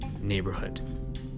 neighborhood